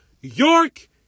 York